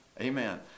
Amen